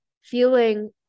feeling